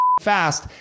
fast